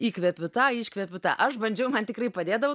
įkvepiu tą iškvepiu tą aš bandžiau man tikrai padėdavo